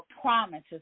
promises